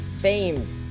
famed